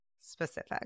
specific